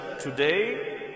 today